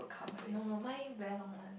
no no mine very long one